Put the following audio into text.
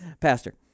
Pastor